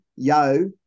Yo